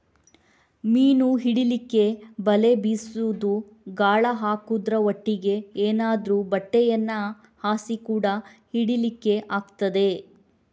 ಮೀನು ಹಿಡೀಲಿಕ್ಕೆ ಬಲೆ ಬೀಸುದು, ಗಾಳ ಹಾಕುದ್ರ ಒಟ್ಟಿಗೆ ಏನಾದ್ರೂ ಬಟ್ಟೆಯನ್ನ ಹಾಸಿ ಕೂಡಾ ಹಿಡೀಲಿಕ್ಕೆ ಆಗ್ತದೆ